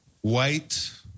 white